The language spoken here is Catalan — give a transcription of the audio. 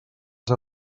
les